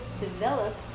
develop